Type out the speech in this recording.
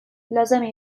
لازمه